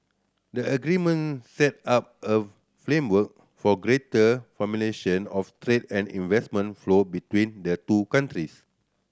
the agreement set up a framework for greater of trade and investment flow between the two countries